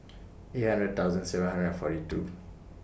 eight hundred thousand seven hundred and forty two